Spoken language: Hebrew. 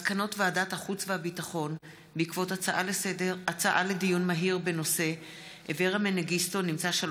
מסקנות ועדת החוץ והביטחון בעקבות דיון מהיר בהצעתם של